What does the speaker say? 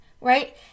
right